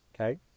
Okay